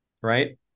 right